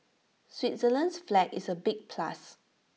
Switzerland's flag is A big plus